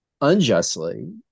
unjustly